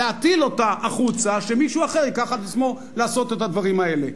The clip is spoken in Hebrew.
להטיל אותה החוצה ושמישהו אחר ייקח על עצמו לעשות את הדברים האלה?